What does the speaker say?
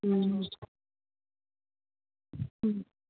ಹ್ಞೂ ಹ್ಞೂ